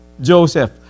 Joseph